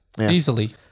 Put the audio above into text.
Easily